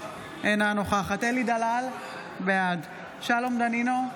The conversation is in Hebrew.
אינה נוכחת אלי דלל, בעד שלום דנינו,